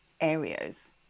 areas